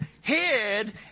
head